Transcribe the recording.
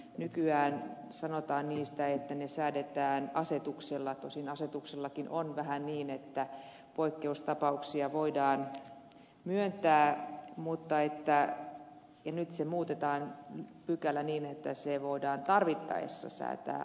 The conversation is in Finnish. nykyään niistä sanotaan että ne säädetään asetuksella tosin asetuksenkin osalta on asianlaita vähän niin että poikkeustapauksia voidaan myöntää mutta nyt se pykälä muutetaan niin että voidaan tarvittaessa säätää asetuksella